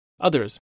Others